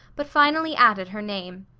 but finally added her name.